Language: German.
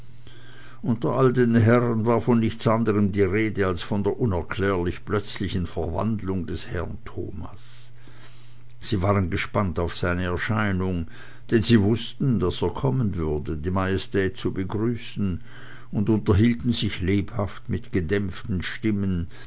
unter all den herren war von nichts anderem die rede als von der unerklärlich plötzlichen verwandlung des herrn thomas sie waren gespannt auf seine erscheinung denn sie wußten daß er kommen würde die majestät zu begrüßen und unterhielten sich lebhaft mit gedämpften stimmen